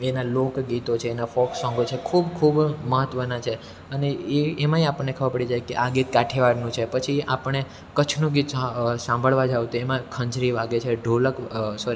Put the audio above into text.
એનાં લોકગીતો છે એના ફોક સોંગો છે ખૂબ ખૂબ મહત્ત્વનાં છે એ એમાંય આપણને ખબર પડી જાય કે આ ગીત કાઠિયાવાડનું છે પછી આપણે ક્ચ્છનું ગીત સાંભળવા જાઓ તો એમાં ખંજરી વાગે છે ઢોલક સોરી